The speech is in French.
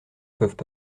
peuvent